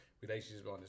relationships